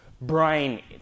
brain